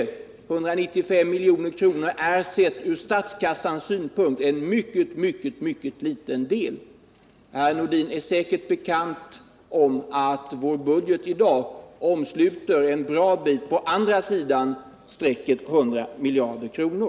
195 milj.kr. är sett ur statskassans synpunkt en liten summa. Herr Nordin är säkert medveten om att vår budget i dag omsluter en bra bit på andra sidan strecket om 100 miljarder kronor.